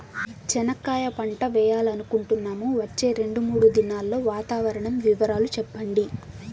చెనక్కాయ పంట వేయాలనుకుంటున్నాము, వచ్చే రెండు, మూడు దినాల్లో వాతావరణం వివరాలు చెప్పండి?